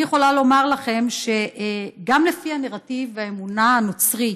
אני יכולה לומר לכם שגם לפי הנרטיב והאמונה הנוצרית